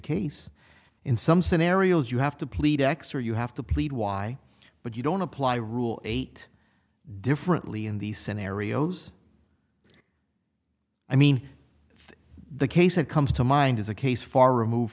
case in some scenarios you have to plead x or you have to plead y but you don't apply rule eight differently in these scenarios i mean the case that comes to mind is a case far removed